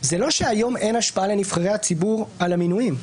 זה לא שהיום אין השפעה לנבחרי הציבור על המינויים.